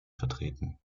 vertreten